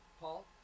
Paul